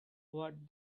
what